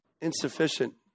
insufficient